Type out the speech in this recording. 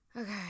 Okay